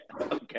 Okay